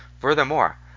Furthermore